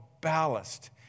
ballast